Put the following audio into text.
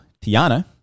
Tiana